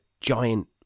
giant